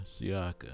Siaka